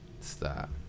Stop